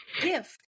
gift